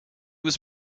was